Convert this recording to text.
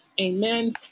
amen